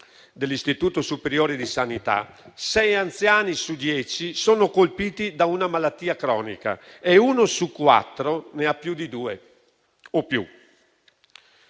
dell'Istituto superiore di sanità, sei anziani su dieci sono colpiti da una malattia cronica e uno su quattro ne ha due o più.